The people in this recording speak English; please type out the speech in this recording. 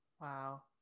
Wow